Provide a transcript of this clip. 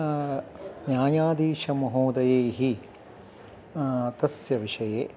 न्यायाधीशमहोदयैः तस्य विषये